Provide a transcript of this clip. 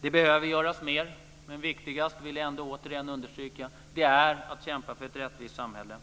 Det behöver göras mer. Jag vill återigen understryka att det viktigaste är att kämpa för ett rättvist samhälle.